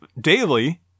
daily